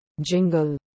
Jingle